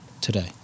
today